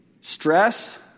stress